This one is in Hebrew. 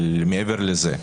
מעבר לזה,